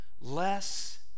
Less